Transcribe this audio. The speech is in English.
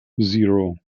zero